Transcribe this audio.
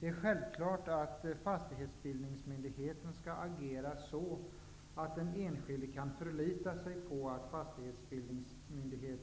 Det är självklart att fastighetsbildningsmyndigheten skall agera så, att den enskilde kan förlita sig på att